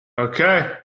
Okay